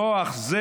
כוח זה,